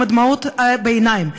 עם הדמעות בעיניים,